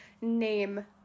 name